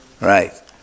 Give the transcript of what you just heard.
Right